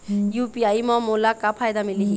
UPI म मोला का फायदा मिलही?